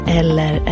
eller